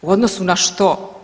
U odnosu na što?